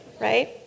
right